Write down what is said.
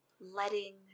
letting